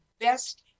best